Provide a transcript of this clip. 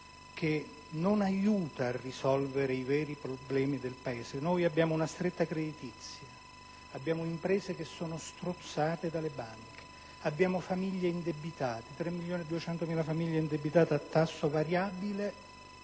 che non aiuta a risolvere i veri problemi del Paese. Noi abbiamo una stretta creditizia, abbiamo imprese che sono strozzate dalle banche, abbiamo 3 milioni e 200.000 famiglie indebitate con mutui a tasso variabile,